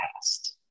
past